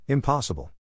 Impossible